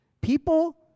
People